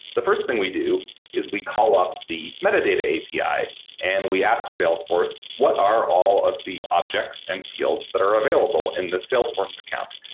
the first thing we do is we call up the metadata api and we ask salesforce what are all of the objects and fields that are available in the salesforce account.